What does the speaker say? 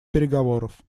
переговоров